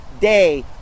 day